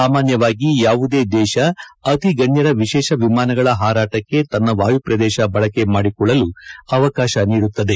ಸಾಮಾನ್ಯವಾಗಿ ಯಾವುದೇ ದೇಶ ಅತಿ ಗಣ್ಠರ ವಿಶೇಷ ವಿಮಾನಗಳ ಹಾರಾಟಕ್ಕೆ ತನ್ನ ವಾಯುಪ್ರದೇಶ ಬಳಕೆ ಮಾಡಿಕೊಳ್ಳಲು ಅವಕಾಶ ನೀಡುತ್ತವೆ